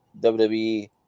WWE